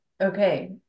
okay